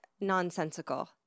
nonsensical